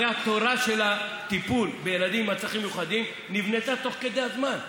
הרי התורה של הטיפול בילדים בעלי צרכים מיוחדים נבנתה תוך כדי הזמן.